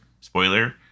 Spoiler